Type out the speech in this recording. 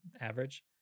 average